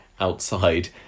outside